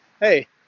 hey